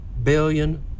billion